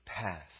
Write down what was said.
past